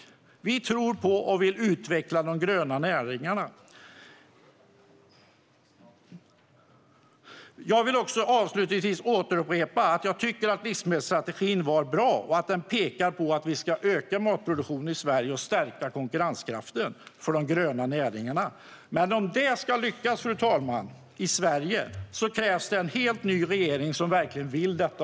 Moderaterna tror på och vill utveckla de gröna näringarna. Avslutningsvis vill jag upprepa att jag tycker att livsmedelsstrategin var bra. Den pekar på att vi ska öka matproduktionen i Sverige och stärka konkurrenskraften för de gröna näringarna. Men om det ska lyckas i Sverige, fru talman, krävs det en helt ny regering som verkligen vill detta.